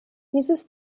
dieses